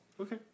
Okay